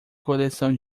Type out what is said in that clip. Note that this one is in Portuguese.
coleção